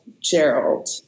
Gerald